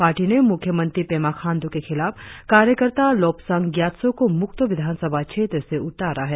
party ने मुख्यमंत्री पेमा खांडू के खिलाफ कार्यकर्ता लोबसांग ग्यात्सो को मुक्तो विधानसभा क्षेत्र से उतारा है